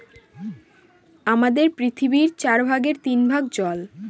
আমাদের পৃথিবীর চার ভাগের তিন ভাগ জল